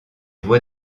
voix